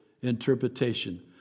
interpretation